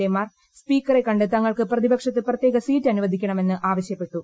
A മാർ സ്പീക്കറെ കണ്ട് തങ്ങൾക്ക് പ്രതിപക്ഷത്ത് പ്രത്യേക സീറ്റ് അനുവദിക്കണമെന്ന് ആവശ്യപ്പെട്ടു